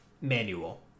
manual